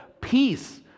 peace